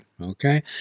okay